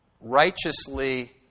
righteously